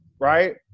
right